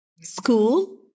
school